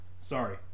Sorry